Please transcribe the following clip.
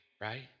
right